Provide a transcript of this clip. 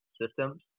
systems